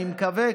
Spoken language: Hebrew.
אני מקווה,